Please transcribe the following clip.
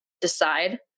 Decide